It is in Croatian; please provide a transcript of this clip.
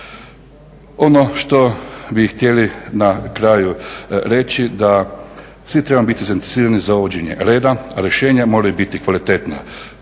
Ono što bi htjeli na kraju reći da svi trebamo biti zainteresirani za uvođenje reda. Rješenja moraju biti kvalitetna.